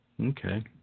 Okay